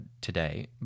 today